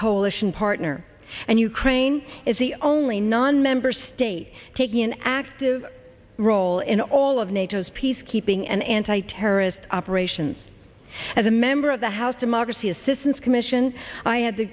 coalition partner and ukraine is the only nonmember state taking an active role in all of nato as peacekeeping and anti terrorist operations as a member of the house democracy assistance commission i had the